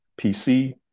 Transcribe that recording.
PC